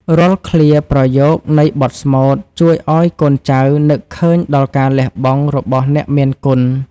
រាល់ឃ្លាប្រយោគនៃបទស្មូត ជួយឱ្យកូនចៅនឹកឃើញដល់ការលះបង់របស់អ្នកមានគុណ។